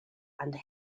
and